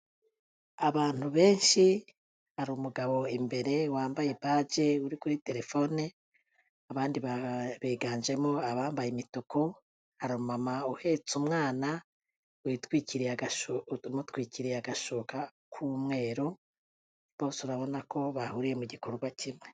Abantu benshi hari umugabo imbere wambaye baje uri kuri telefone, abandi biganjemo abambaye imituku, hari umumama uhetse umwana witwikiriye, umutwikiriye agashuka k'umweru bose urabona ko bahuriye mu gikorwa kimwe.